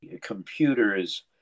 computers